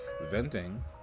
venting